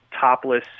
topless